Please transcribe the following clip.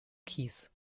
kies